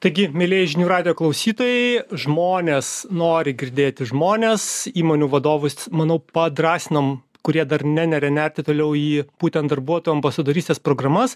taigi mielieji žinių radijo klausytojai žmonės nori girdėti žmones įmonių vadovus manau padrąsinom kurie dar neneria net detaliau į būtent darbuotojų ambasadorystės programas